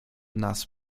nas